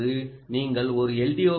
இப்போது நீங்கள் ஒரு எல்